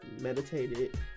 meditated